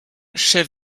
chef